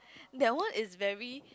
that one is very